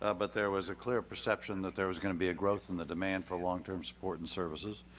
ah but there was a clear perception that there was going to be a growth in the demand for long term support and services.